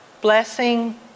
blessing